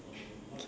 okay